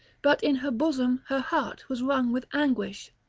but in her bosom her heart was wrung with anguish.